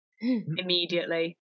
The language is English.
immediately